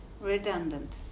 redundant